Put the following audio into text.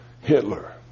Hitler